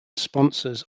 sponsors